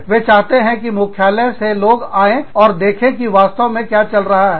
वे चाहते हैं कि मुख्यालय से लोग आए हैं और देखें कि वास्तव में क्या चल रहा है